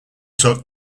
took